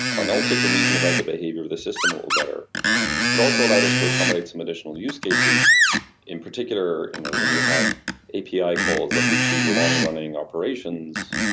and also to reason about the behavior of the system a little better it also allowed us to accommodate some additional use cases in particular when you have api calls that lead to long running operations,